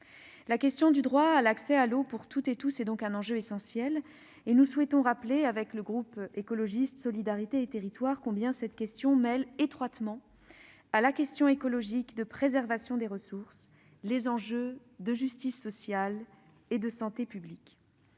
La question du droit à l'accès à l'eau pour toutes et tous est donc un enjeu essentiel, et nous souhaitons rappeler, avec le groupe Écologiste - Solidarité et Territoires, combien cette question mêle étroitement à la question écologique de préservation des ressources les enjeux de justice sociale et de santé publique.